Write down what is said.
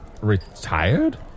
Retired